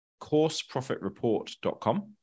courseprofitreport.com